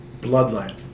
Bloodline